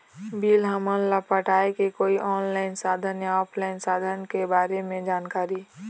Bill हमन ला पटाए के कोई ऑनलाइन साधन या ऑफलाइन साधन के बारे मे जानकारी?